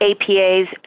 APA's